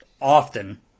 often